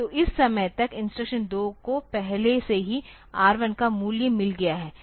तो इस समय तक इंस्ट्रक्शन 2 को पहले से ही R1 का मूल्य मिल गया है